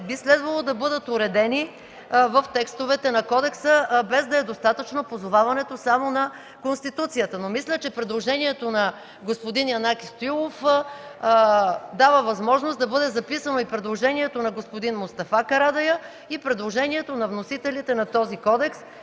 би следвало да бъдат уредени в текстовете на Кодекса, без да е достатъчно позоваването само на Конституцията. Мисля, че предложението на господин Янаки Стоилов дава възможност да бъде записано и предложението на господин Мустафа Карадайъ, и предложението на вносителите на този Кодекс